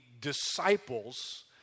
disciples